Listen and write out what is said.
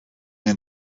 den